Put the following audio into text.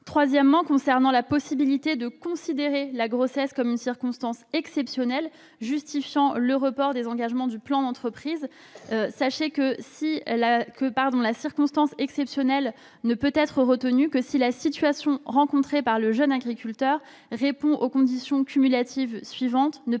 Enfin, concernant la possibilité de considérer la grossesse comme une circonstance exceptionnelle justifiant le report des engagements du plan d'entreprise, sachez que la circonstance exceptionnelle ne peut être retenue que si la situation rencontrée par le jeune agriculteur répond aux conditions cumulatives suivantes